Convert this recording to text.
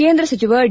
ಕೇಂದ್ರ ಸಚಿವ ಡಿ